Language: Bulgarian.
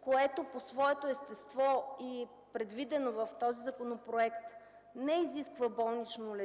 което по своето естество и предвидено в този законопроект не изисква болнично